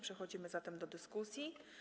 Przechodzimy zatem do dyskusji.